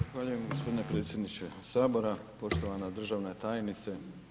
Zahvaljujem gospodine predsjedniče Sabora, poštovana državna tajnice.